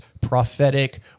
prophetic